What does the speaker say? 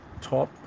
top